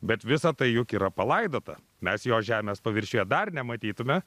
bet visa tai juk yra palaidota mes jo žemės paviršiuje dar nematytume